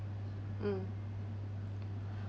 mm